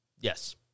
Yes